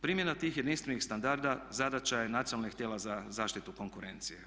Primjena tih jedinstvenih standarda zadaća je nacionalnih tijela za zaštitu konkurencije.